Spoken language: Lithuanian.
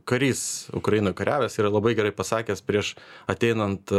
karys ukrainoj kariavęs yra labai gerai pasakęs prieš ateinant